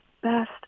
Best